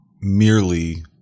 merely